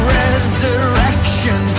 resurrection